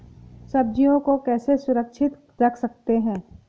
सब्जियों को कैसे सुरक्षित रख सकते हैं?